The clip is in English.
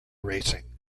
racing